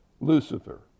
Lucifer